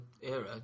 era